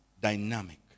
dynamic